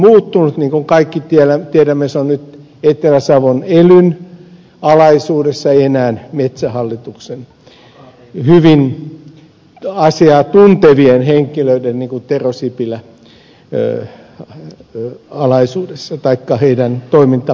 niin kuin kaikki tiedämme se on nyt etelä savon elyn alaisuudessa ei enää metsähallituksen hyvin asiaa tuntevien henkilöiden niin kuin tero sipilä alaisuudessa taikka heidän toimintapiirissään